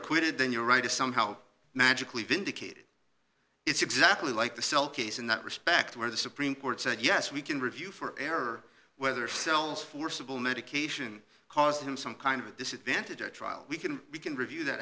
acquitted then you're right to somehow magically vindicated it's exactly like the cell case in that respect where the supreme court said yes we can review for error whether cells forcible medication caused him some kind of at this event a trial we can we can review that